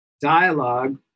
dialogue